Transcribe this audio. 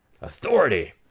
Authority